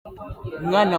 umwana